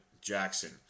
Jackson